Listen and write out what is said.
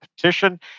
petition